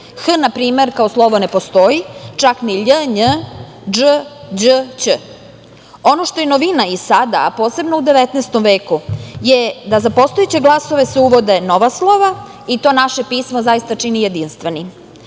– „h“ kao slovo ne postoji, čak ni „lj, nj, dž, đ, ć“. Ono što je novina i sada, a posebno u 19. veku je da za postojeće glasove se uvode nova slova i to naše pismo zaista čini jedinstvenim.